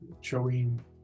showing